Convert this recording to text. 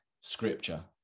scripture